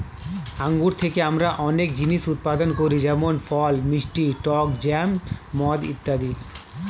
আঙ্গুর থেকে আমরা অনেক জিনিস উৎপাদন করি যেমন ফল, মিষ্টি, টক জ্যাম, মদ ইত্যাদি